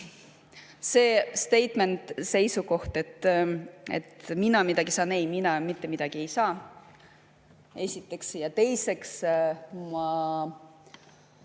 Seestatement, see seisukoht, et mina midagi saan – ei, mina mitte midagi ei saa, esiteks. Ja teiseks ma